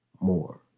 more